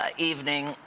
ah evening.